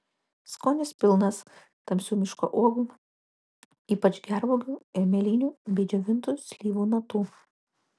skonis pilnas tamsių miško uogų ypač gervuogių ir mėlynių bei džiovintų slyvų natų